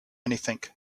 anything